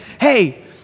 hey